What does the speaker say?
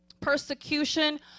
persecution